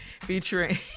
featuring